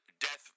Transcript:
death